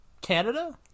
Canada